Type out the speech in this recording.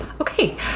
okay